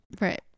Right